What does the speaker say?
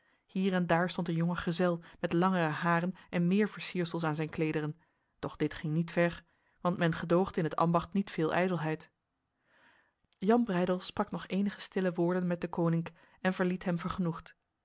hier en daar stond een jonge gezel met langere haren en meer versiersels aan zijn klederen doch dit ging niet ver want men gedoogde in het ambacht niet veel ijdelheid jan breydel sprak nog enige stille woorden met deconinck en verliet hem vergenoegd